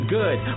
good